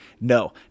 No